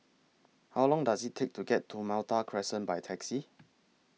How Long Does IT Take to get to Malta Crescent By Taxi